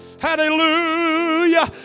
Hallelujah